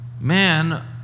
Man